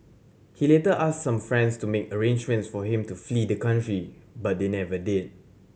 he later asked some friends to make arrangements for him to flee the country but they never did